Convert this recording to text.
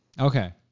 Okay